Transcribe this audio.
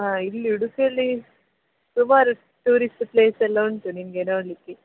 ಹಾಂ ಇಲ್ಲಿ ಉಡುಪಿಯಲ್ಲಿ ಸುಮಾರು ಟೂರಿಸ್ಟ್ ಪ್ಲೇಸ್ ಎಲ್ಲ ಉಂಟು ನಿಮಗೆ ನೋಡಲಿಕ್ಕೆ